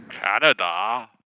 Canada